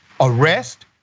arrest